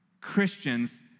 Christians